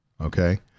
okay